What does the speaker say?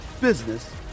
business